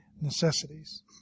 necessities